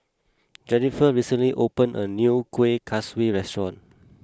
Jenniffer recently opened a new Kueh Kaswi restaurant